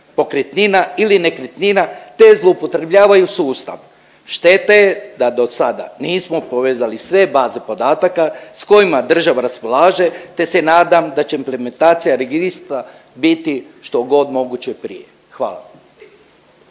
pokretnina ili nekretnina te zloupotrebljavaju sustav. Šteta je da dosada nismo povezali sve baze podataka s kojima država raspolaže te se nadam da će implementacija registra biti što god moguće prije. Hvala